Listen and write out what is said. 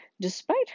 Despite